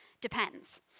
depends